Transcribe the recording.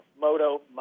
Moto